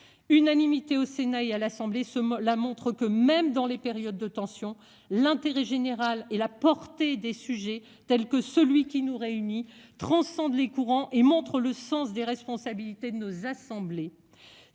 Unanimité au Sénat et à l'Assemblée, ceux-là montrent que même dans les périodes de tensions l'intérêt général et la portée des sujets tels que celui qui nous réunit transcende les courants et montre le sens des responsabilités de nos assemblées.